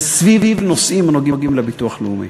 זה סביב נושאים הנוגעים לביטוח לאומי,